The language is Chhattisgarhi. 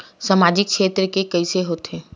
सामजिक क्षेत्र के कइसे होथे?